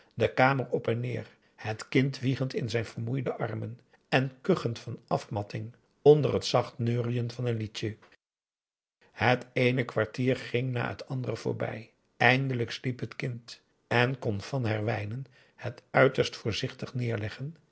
de kamer op en neer het kind wiegend in zijn vermoeide armen en kuchend van afmatting onder het zacht neuriën van een liedje het eene kwartier ging na het andere voorbij eindelijk sliep het kind en kon van herwijnen het uiterst voorzichtig neerleggen